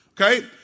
Okay